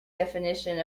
definition